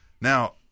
Now